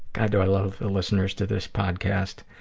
god, do i love the listeners to this podcast.